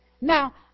Now